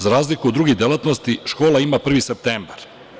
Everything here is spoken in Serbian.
Za razliku od drugih delatnosti, škola ima 1. septembar.